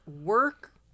work